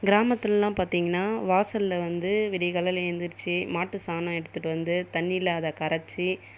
கிராமத்துலலாம் பார்த்தீங்கன்னா வாசலில் வந்து விடியற் காலையில் எழுந்திரிச்சு மாட்டு சாணம் எடுத்துட்டு வந்து தண்ணியில் அதை கரைச்சு